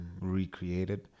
recreated